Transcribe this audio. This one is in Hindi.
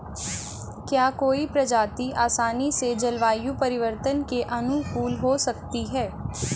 क्या कोई प्रजाति आसानी से जलवायु परिवर्तन के अनुकूल हो सकती है?